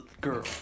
girl